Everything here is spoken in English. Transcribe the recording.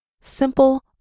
Simple